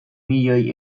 milioi